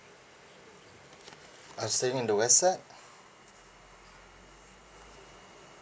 I'm staying in the west side